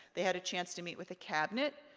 they had a chance to meet with the cabinet,